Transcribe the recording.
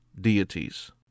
deities